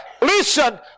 listen